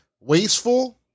wasteful